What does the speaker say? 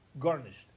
Garnished